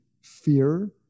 fear